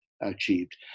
achieved